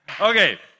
Okay